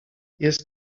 jest